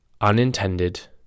unintended